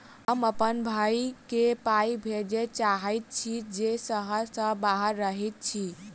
हम अप्पन भयई केँ पाई भेजे चाहइत छि जे सहर सँ बाहर रहइत अछि